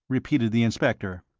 repeated the inspector.